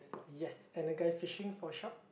yes and a guy fishing for a shark